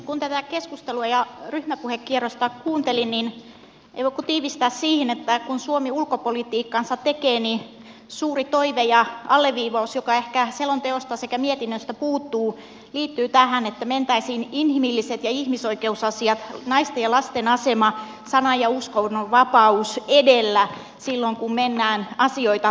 kun tätä keskustelua ja ryhmäpuhekierrosta kuuntelin ei voi kuin tiivistää siihen että suuri toive ja alleviivaus joka ehkä selonteosta sekä mietinnöstä puuttuu liittyy tähän että kun suomi ulkopolitiikkaansa tekee mentäisiin inhimilliset ja ihmisoikeusasiat naisten ja lasten asema sanan ja uskonnonvapaus edellä silloin kun mennään asioita hoitamaan